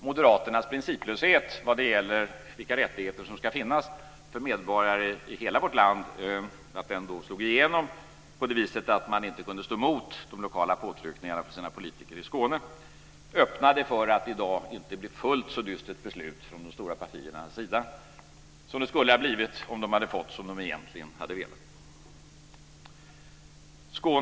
Moderaternas principlöshet när det gäller vilka rättigheter som ska finnas för medborgare i hela vårt land slog igenom på det sättet att man inte kunde stå emot de lokala påtryckningarna från sina politiker i Skåne, och det öppnade för att det i dag inte blir ett fullt så dystert beslut från de stora partiernas sida som det skulle ha blivit om de hade fått som de egentligen hade velat.